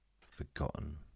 forgotten